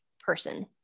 person